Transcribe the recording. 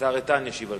השר איתן ישיב.